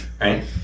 right